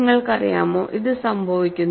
നിങ്ങൾക്കറിയാമോ ഇത് സംഭവിക്കുന്നു